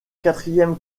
quatrième